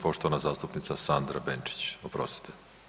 Poštovana zastupnica Sandra Benčić, oprostite.